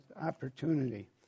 opportunity